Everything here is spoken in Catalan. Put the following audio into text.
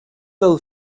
del